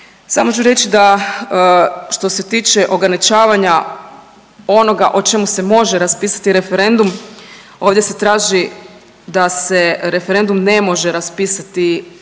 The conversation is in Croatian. Samo ću reć da što se tiče ograničavanja onoga o čemu se može raspisati referendum ovdje se traži da se referendum ne može raspisati